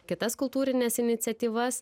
kitas kultūrines iniciatyvas